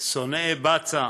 שנאי בצע".